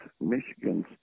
Michigan